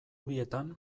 bietan